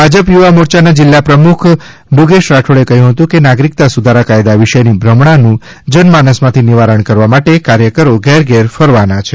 ભાજપ યુવા મોરચાના જીલ્લા પ્રમુખ મૃગેશ રાઠોડે કહયું હતું કે નાગરિકતા સુધારા કાયદા વિષેની ભ્રમણા નું જનમાનસ માથી નિવારણ કરવા માટે કાર્યકરો ઘેર ઘેર ફરવાના છે